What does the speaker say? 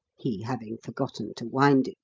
he having forgotten to wind